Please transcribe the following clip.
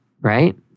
right